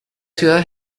ciudades